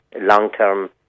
long-term